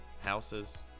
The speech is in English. houses